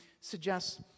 suggests